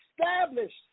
established